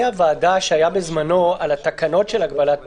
הוועדה שהיו בזמנו על התקנות של הגבלת פעילות,